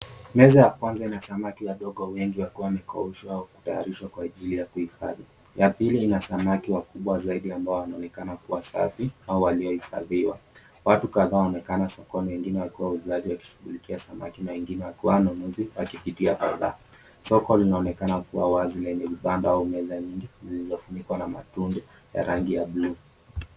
Meza ya kwanza ina samaki wadogo wengi wakiwa wamekaushwa au kutayarishwa kwa ajili ya kuhifadhi. Ya pili ina samaki wakubwa zaidi ambao wanaonekana kuwa safi au waliohifadhiwa. Watu kadhaa waonekana sokoni wengine wakiwa wauzaji wakishughulikia samaki, na wengine wakiwa wanunuzi wakipitia kadhaa. Soko linaonekana kuwa wazi lenye uganda unaweza ufunikwa na matunda ya rangi ya bluu.